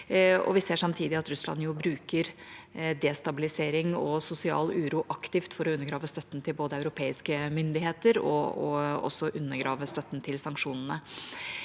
Vi ser samtidig at Russland bruker destabilisering og sosial uro aktivt for å undergrave støtten til både europeiske myndigheter og også til sanksjonene.